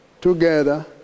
together